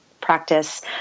practice